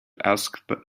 ask